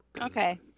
Okay